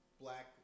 black